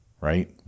right